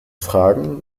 fragen